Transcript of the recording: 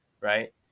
Right